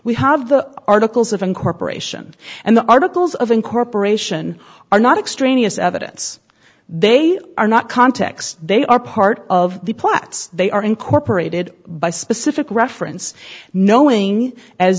we have the articles of incorporation and the articles of incorporation are not extraneous evidence they are not context they are part of the points they are incorporated by specific reference knowing as